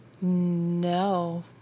no